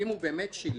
אם הוא באמת שילם,